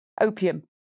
Opium